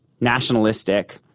nationalistic